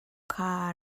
kha